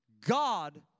God